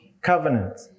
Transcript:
Covenant